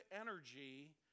energy